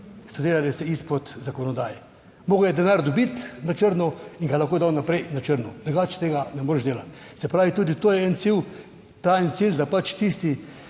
so delali ve izpod zakonodaje. Moral je denar dobiti na črno in ga lahko dal naprej na črno, drugače tega ne moreš delati. Se pravi, tudi to je en cilj. Ta en cilj, da pač tisti,